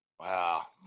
Wow